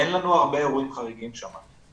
אין לנו הרבה אירועים חריגים שם.